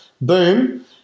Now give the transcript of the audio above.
boom